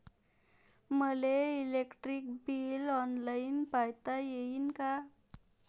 मले electric bill online पायता येईन का?